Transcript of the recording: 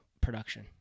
production